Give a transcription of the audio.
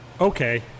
Okay